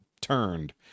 turned